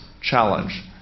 Challenge